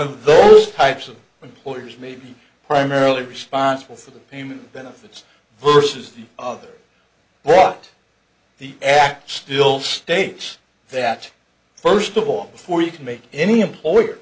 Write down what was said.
of those types of employers may be primarily responsible for the payment benefits person is the other brought the act still states that first of all before you can make any employer